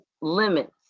limits